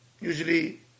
Usually